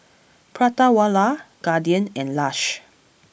Prata Wala Guardian and Lush